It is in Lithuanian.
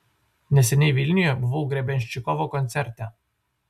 neseniai vilniuje buvau grebenščikovo koncerte